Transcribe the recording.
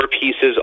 pieces